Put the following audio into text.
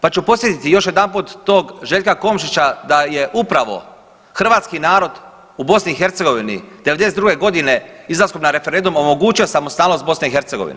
Pa ću podsjetiti još jedanput to Željka Komšića da je upravo hrvatski narod u BiH '92. godine izlaskom na referendum omogućio samostalnost BiH.